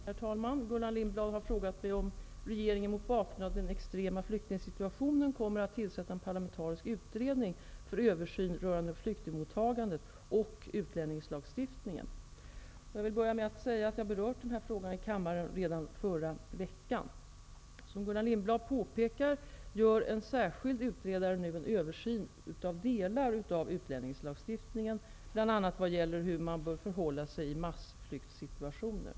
Herr talman! Gullan Lindblad har frågat mig om regeringen, mot bakgrund av den extrema flyktingsituationen, kommer att tillsätta en parlamentarisk utredning för översyn rörande flyktingmottagandet och utlänningslagstiftningen. Jag vill börja med att säga att jag berörde denna fråga i kammaren redan förra veckan. Som Gullan Lindblad påpekar gör en särskild utredare nu en översyn av delar av utlänningslagstiftningen, bl.a. vad gäller hur man bör förhålla sig i massflyktsituationer.